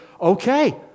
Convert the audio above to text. okay